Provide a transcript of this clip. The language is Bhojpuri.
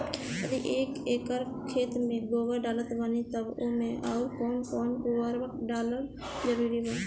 यदि एक एकर खेत मे गोबर डालत बानी तब ओमे आउर् कौन कौन उर्वरक डालल जरूरी बा?